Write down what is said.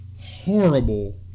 horrible